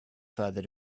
further